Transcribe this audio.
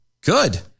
Good